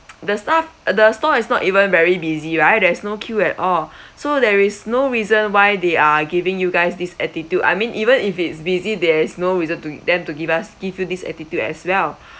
the staff the restaurant was not even very busy right there's no queue at all so there is no reason why they are giving you guys this attitude I mean even if it's busy there's no reason to gi~ them to give us give you this attitude as well